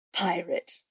pirate